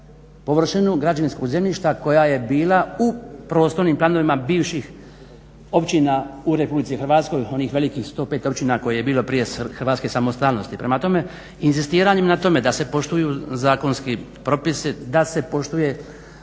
površinu građevinskog zemljišta koja je bila u prostornim planovima bivših općina u RH, onih velikih 105 općina koje je bilo prije hrvatske samostalnosti. Prema tome inzistiranjem na tome da se poštuju zakonski propisi, da se poštuje